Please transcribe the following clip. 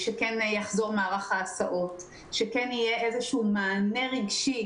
שיחזור מערך ההסעות, שיהיה איזה שהוא מענה רגשי